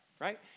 right